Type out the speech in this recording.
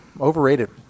Overrated